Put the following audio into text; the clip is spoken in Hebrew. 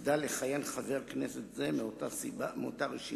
יחדל לכהן חבר כנסת זה מאותה רשימה,